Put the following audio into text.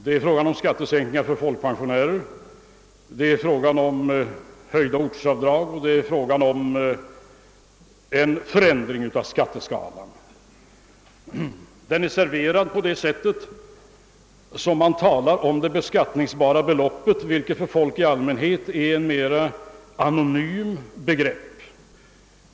Det är fråga om skattesänkningar för folkpensionärer, höjda ortsavdrag och en förändring av skatteskalan. Förslagen är presenterade på det sättet att man talar om det beskattningsbara beloppet, vilket för folk i allmänhet är ett mera anonymt begrepp.